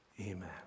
Amen